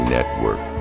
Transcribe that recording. Network